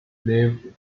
lived